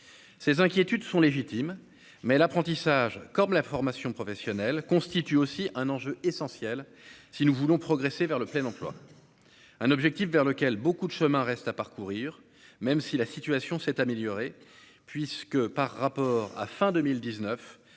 ces inquiétudes sont légitimes mais l'apprentissage comme la formation professionnelle constitue aussi un enjeu essentiel si nous voulons progresser vers le plein emploi un objectif vers lequel beaucoup de chemin reste à parcourir, même si la situation s'est améliorée, puisque par rapport à fin 2019,